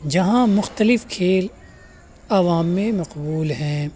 جہاں مختلف کھیل عوام میں مقبول ہیں